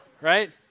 right